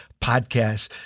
podcast